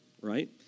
right